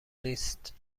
نیست